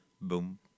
Boom